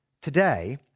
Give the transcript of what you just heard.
today